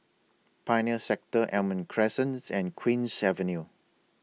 Pioneer Sector Almond Crescent and Queen's Avenue